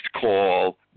call